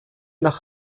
nach